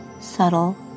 subtle